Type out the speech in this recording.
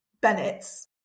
Bennett's